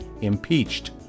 impeached